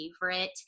favorite